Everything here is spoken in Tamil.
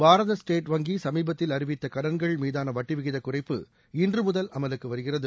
பாரத ஸ்டேட் வங்கி சமீபத்தில் அறிவித்த கடன்கள் மீதான வட்டி விகித குறைப்பு இன்று முதல் அமலுக்கு வருகிறது